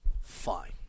Fine